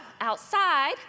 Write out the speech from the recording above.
outside